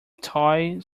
toy